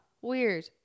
weird